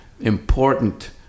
important